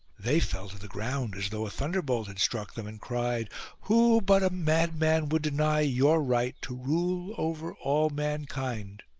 they fell to the ground, as though a thunderbolt had struck them, and cried who but a madman would deny your right to rule over all mankind?